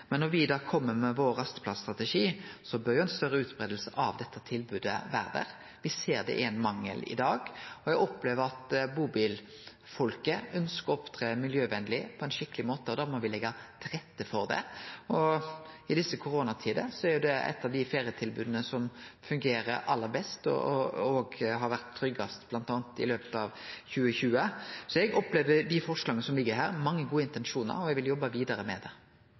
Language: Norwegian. Men når me kjem med vår rasteplass-strategi, bør det vere ei større utbreiing av dette tilbodet. Me ser det er ein mangel i dag. Eg opplever at bubilfolket ønskjer å opptre miljøvennleg på ein skikkeleg måte, og da må me leggje til rette for det. I desse koronatider er det eit av dei ferietilboda som fungerer aller best og har vore tryggast i løpet av 2020. Eg opplever at det er mange gode intensjonar i dei forslaga som ligg her, og eg vil jobbe vidare med det.